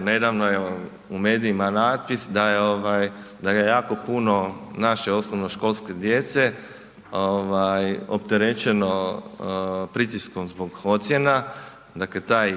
nedavno evo u medijima natpis da je ovaj da je jako puno naše osnovnoškolske djece ovaj opterećeno pritiskom zbog ocjena, dakle taj